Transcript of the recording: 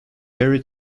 very